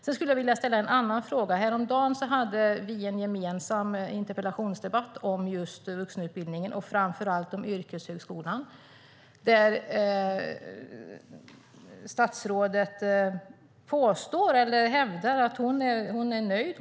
Jag skulle vilja ställa en annan fråga. Häromdagen hade vi en gemensam interpellationsdebatt om just vuxenutbildningen och framför allt om yrkeshögskolan. Statsrådet sade att hon är nöjd.